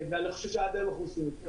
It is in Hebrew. ואני חושב שעד היום אנחנו עושים את זה.